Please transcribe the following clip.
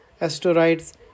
asteroids